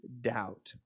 doubt